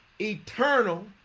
eternal